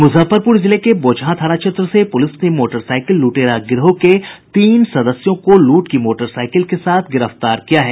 मुजफ्फरपुर जिले के बोचहां थाना क्षेत्र से पुलिस ने मोटरसाइकिल लुटेरा गिरोह के तीन सदस्यों को लूट की मोटरसाइकिल के साथ गिरफ्तार किया है